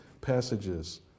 passages